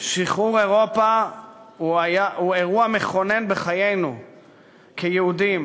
שחרור אירופה הוא אירוע מכונן בחיינו כיהודים